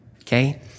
Okay